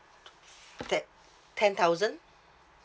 t~ te~ ten thousand